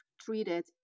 treated